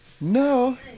no